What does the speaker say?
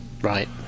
right